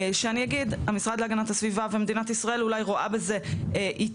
שאני אגיד המשרד להגנת הסביבה ומדינת ישראל אולי רואה בזה יתרון,